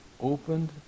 opened